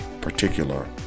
particular